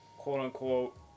quote-unquote